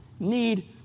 need